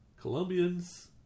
Colombians